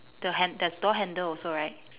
the han~ there's door handle also right